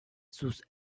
sus